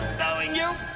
knowing you.